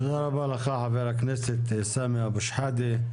תודה רבה לך ח"כ סמי אבו שחאדה.